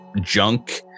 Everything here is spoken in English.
junk